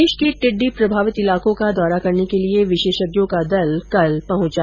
प्रदेश के टिड्डी प्रभावित इलाकों का दौरा करने के लिए विशेषज्ञों का दल कल पहुंचा